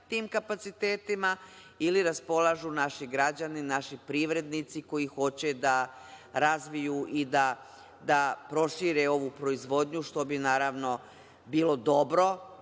tim kapacitetima ili raspolažu naši građani, naši privrednici koji hoće da razviju i da prošire ovu proizvodnju, što bi naravno bilo dobro,